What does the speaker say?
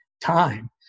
time